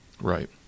Right